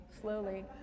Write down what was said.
slowly